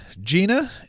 Gina